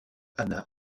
hanna